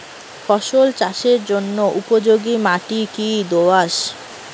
ফসল চাষের জন্য উপযোগি মাটি কী দোআঁশ?